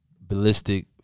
ballistic